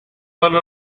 one